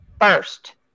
first